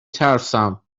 ترسم